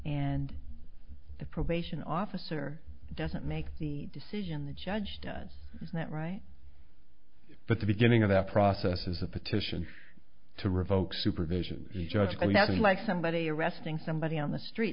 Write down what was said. and the probation officer doesn't make the decision the judge does that right but the beginning of that process is a petition to revoke supervision the judge and that's like somebody arresting somebody on the street